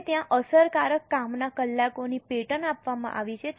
હવે ત્યાં અસરકારક કામના કલાકોની પેટર્ન આપવામાં આવી છે